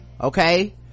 Okay